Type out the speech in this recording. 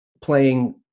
playing